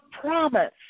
promise